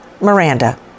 Miranda